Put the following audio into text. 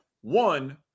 One